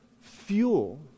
fuel